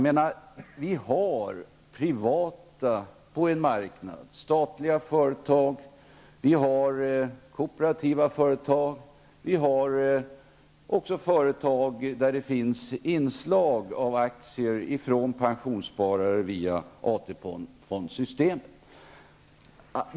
Men på marknaden finns statliga företag, kooperativa företag och även företag med inslag av aktier från pensionssparare via fondsystemet.